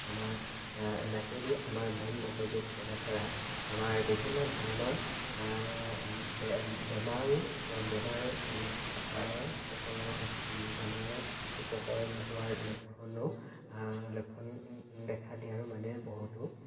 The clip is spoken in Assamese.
আমাৰ নাকেদি আমাৰ মন মগজুত প্ৰৱেশ কৰাত আমাৰ বিভিন্ন ধৰণৰ বে বেমাৰ বেমাৰ মানে বেমাৰৰ উপৰ বেমাৰৰ উপকৰণ হোৱাৰ লক্ষণো লক্ষণ দেখা দিয়াৰো মানে বহুতো